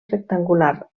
rectangular